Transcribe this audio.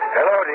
Hello